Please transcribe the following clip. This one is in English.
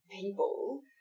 people